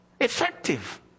effective